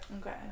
Okay